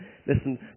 Listen